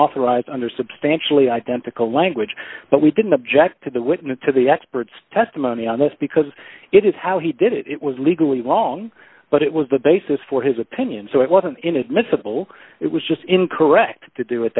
authorized under substantially identical language but we didn't object to the witness to the experts testimony on this because it is how he did it it was legally wrong but it was the basis for his opinion so it wasn't inadmissible it was just incorrect to do it